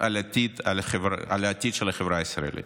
מאוד על העתיד של החברה הישראלית.